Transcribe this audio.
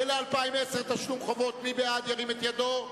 ל-2010, תשלום חובות: מי בעד, ירים את ידו.